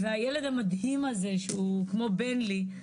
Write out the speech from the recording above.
והילד המדהים הזה, שהוא כמו בן לי,